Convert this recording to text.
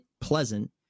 pleasant